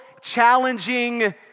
challenging